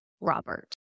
Robert